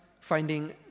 finding